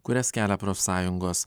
kurias kelia profsąjungos